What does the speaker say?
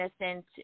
innocent